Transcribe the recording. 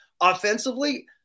Offensively